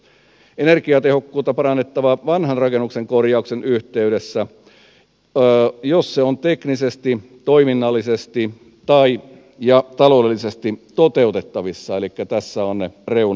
energiatehokkuutta on parannettava vanhan rakennuksen korjauksen yhteydessä jos se on teknisesti toiminnallisesti ja taloudellisesti toteutettavissa elikkä tässä ovat ne reunaehdot